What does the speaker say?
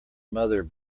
mother